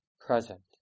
present